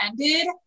ended